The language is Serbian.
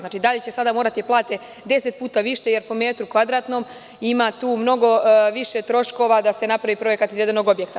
Znači, da li će sada morati da plate 10 puta više, jer po metru kvadratnom ima tu mnogo više troškova da se napravi projekat izvedenog objekta?